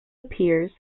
appears